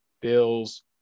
bills